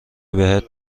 بهت